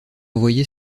envoyée